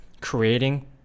creating